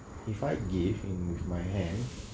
if I give in with my hand